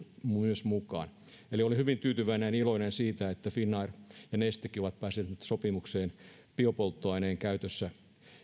myös mukaan olen hyvin tyytyväinen ja iloinen siitä että finnair ja nestekin ovat päässeet nyt sopimukseen biopolttoaineen käytössä